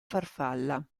farfalla